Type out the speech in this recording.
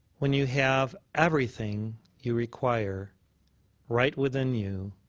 when you have everything you require right within you,